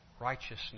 righteousness